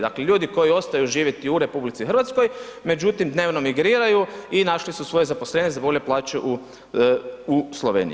Dakle ljudi koji ostaju živjeti u RH, međutim dnevno migriraju i našli su svoje zaposlenje za bolje plaće u Sloveniji.